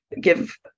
give